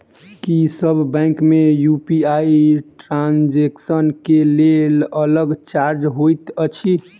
की सब बैंक मे UPI transaction केँ लेल अलग चार्ज होइत अछि?